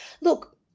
Look